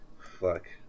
Fuck